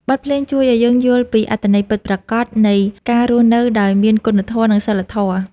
បទភ្លេងជួយឱ្យយើងយល់ពីអត្ថន័យពិតប្រាកដ នៃការរស់នៅដោយមានគុណធម៌ និងសីលធម៌។